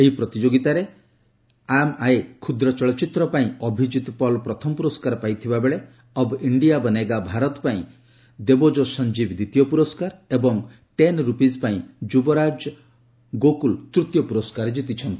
ଏହି ପର୍ଯ୍ୟାୟରେ 'am I' କ୍ଷୁଦ୍ର ଚଳଚ୍ଚିତ୍ର ପାଇଁ ଅଭିଜିତ୍ ପଲ୍ ପ୍ରଥମ ପୁରସ୍କାର ପାଇଥିବାବେଳେ 'ଅବ୍ ଇଣ୍ଡିଆ ବନେଗା ଭାରତ' ପାଇଁ ଦେବୋଜୋ ସଞ୍ଜୀବ୍ ଦ୍ୱିତୀୟ ପୁରସ୍କାର ଏବଂ 'ଟେନ୍ ରୁପିଜ୍' ପାଇଁ ଯୁବରାଜ ଗୋକୁଲ୍ ତୃତୀୟ ପୁରସ୍କାର ଜିତିଛନ୍ତି